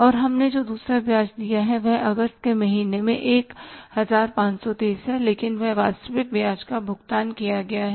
और हमने जो दूसरा ब्याज दिया है वह अगस्त के महीने में 1530 है लेकिन वह वास्तविक ब्याज का भुगतान किया गया है